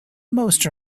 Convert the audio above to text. most